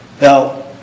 Now